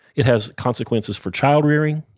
it has consequences for child rearing,